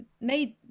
made